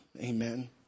Amen